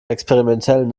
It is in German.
experimentellen